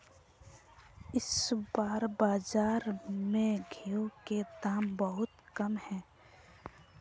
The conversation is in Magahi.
इस बार बाजार में गेंहू के दाम बहुत कम है?